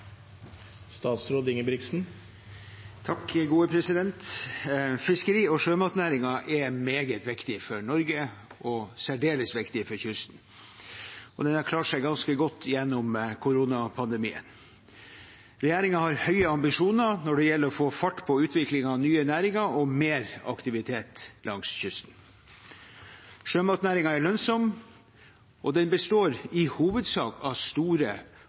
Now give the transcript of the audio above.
har klart seg ganske godt gjennom koronapandemien. Regjeringen har høye ambisjoner na?r det gjelder a? fa? fart pa? utvikling av nye næringer og sikre mer aktivitet langs kysten. Sjømatnæringen er lønnsom. Den besta?r i hovedsak av store